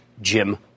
Jim